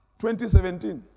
2017